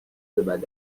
بدنی